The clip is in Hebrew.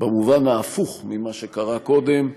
במובן ההפוך ממה שקרה קודם,